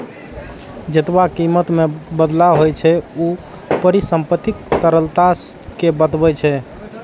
जेतबा कीमत मे बदलाव होइ छै, ऊ परिसंपत्तिक तरलता कें बतबै छै